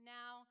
now